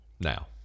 Now